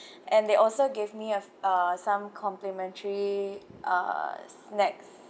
and they also gave me have uh some complimentary uh snacks